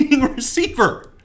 receiver